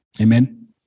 Amen